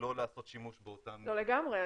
שלא לעשות שימוש באותן --- לגמרי.